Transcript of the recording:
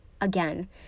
again